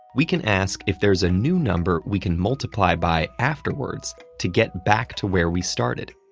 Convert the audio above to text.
we can ask if there's a new number we can multiply by afterwards to get back to where we started.